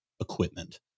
equipment